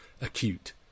acute